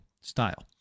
style